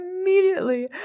immediately